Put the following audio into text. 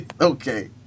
okay